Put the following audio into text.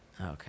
Okay